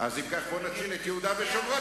אם כך, בוא נציל את יהודה ושומרון.